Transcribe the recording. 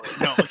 No